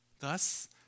Thus